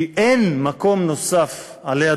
כי אין מקום נוסף עלי אדמות,